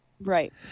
right